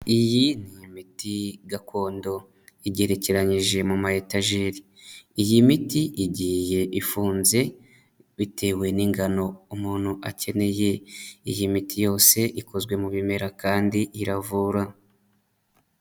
Iyi ni imiti gakondo igerekeranyije mu mayetajeri. Iyi miti igiye ifunze bitewe n'ingano umuntu akeneye. Iyi miti yose ikozwe mu bimera kandi iravura.